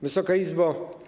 Wysoka Izbo!